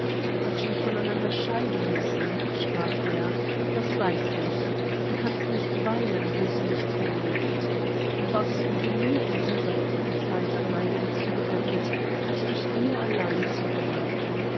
daß wir von einander scheiden müssen sprach er das weiß ich du kannst nicht weilen wo sie nicht mehr lebt was du mir in dieser letzteren zeit an neigung zugewendet hatte ich ihr allein zu verdanken